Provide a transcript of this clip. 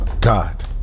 God